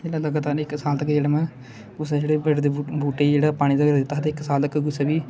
एल्लै लगातार निं में इक साल तक्कर जेह्ड़ां में कुसै जेह्ड़े बड़ दे बूह्टे गी पानी दित्ता हा ते इक साल तक्कर कुसै बी